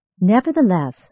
Nevertheless